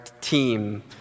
team